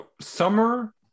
summer